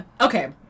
okay